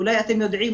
אולי אתם יודעים,